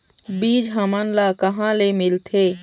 बीज हमन ला कहां ले मिलथे?